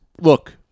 Look